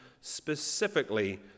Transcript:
specifically